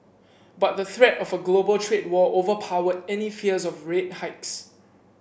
but the threat of a global trade war overpowered any fears of rate hikes